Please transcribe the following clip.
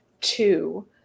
Two